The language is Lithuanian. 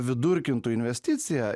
vidurkintų investiciją